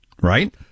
right